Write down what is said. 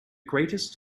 greatest